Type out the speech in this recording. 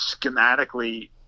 schematically